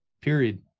Period